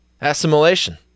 Assimilation